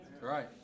right